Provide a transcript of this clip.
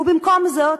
ובמקום זאת,